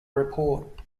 report